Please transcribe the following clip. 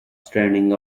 standing